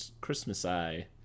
Christmas-eye